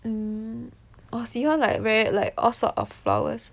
hmm 我喜欢 like rare like all sort of flowers